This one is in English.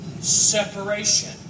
separation